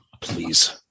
Please